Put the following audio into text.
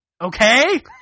Okay